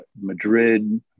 Madrid